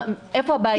איפה הבעיה?